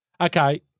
Okay